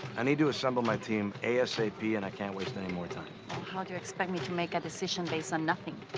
i need to assemble my team asap and i can't waste any more time. how do you expect me to make a decision based on nothing?